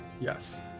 Yes